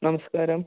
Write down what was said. നമസ്ക്കാരം